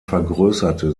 vergrößerte